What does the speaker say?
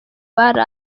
bari